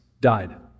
died